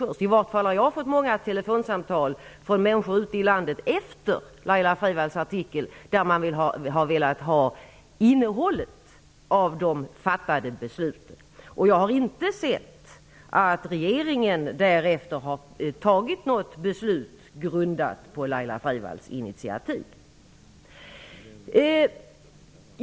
Efter Laila Freivalds artikel har jag fått många telefonsamtal från människor ute i landet som velat veta innehållet i de fattade besluten. Jag har inte sett att regeringen därefter har tagit något beslut grundat på Laila Freivalds initiativ.